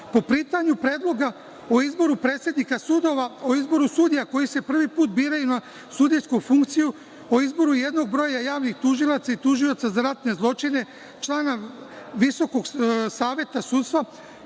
pitanju predloga o izboru predsednika sudova, o izboru sudija koji se prvi put biraju na sudijsku funkciju, o izboru jednog broja javnih tužilaca i tužioca za ratne zločine, člana Visokog saveta sudstva